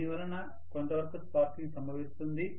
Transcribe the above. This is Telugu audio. ప్రొఫెసర్ దీనివలన కొంతవరకు స్పార్కింగ్ సంభవిస్తుంది